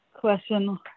question